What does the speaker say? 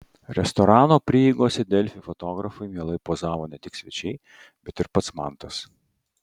restorano prieigose delfi fotografui mielai pozavo ne tik svečiai bet ir pats mantas